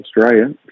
Australia